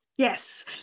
Yes